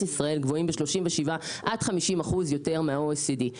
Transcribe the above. ישראל גבוהים ב-37% עד 50% יותר מה-OECD.